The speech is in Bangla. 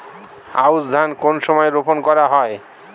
আউশ ধান কোন সময়ে রোপন করা হয়?